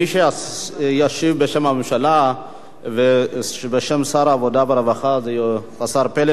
מי שישיב בשם הממשלה ובשם שר העבודה והרווחה זה השר פלד.